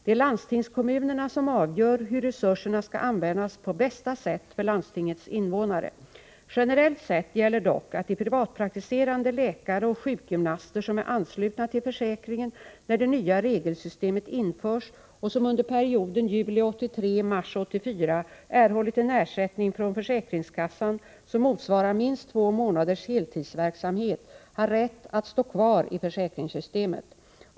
Det är landstingskommunerna som avgör hur resurserna skall användas på bästa sätt för landstingets invånare. Generellt sett gäller dock att de privatpraktiserande läkare och sjukgymnaster som är anslutna till försäkringen när det nya regelsystemet införs och som under perioden juli 1983 — mars 1984 erhållit en ersättning från försäkringskassan som motsvarar minst två månaders heltidsverksamhet har rätt att stå kvar i försäkringssystemet.